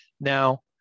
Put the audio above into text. Now